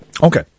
Okay